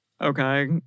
Okay